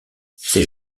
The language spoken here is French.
ces